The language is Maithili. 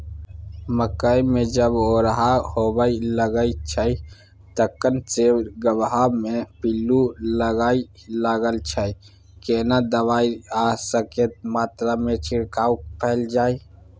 मकई मे जब ओरहा होबय लागय छै तखन से गबहा मे पिल्लू लागय लागय छै, केना दबाय आ कतेक मात्रा मे छिरकाव कैल जाय?